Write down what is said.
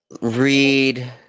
read